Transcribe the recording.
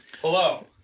Hello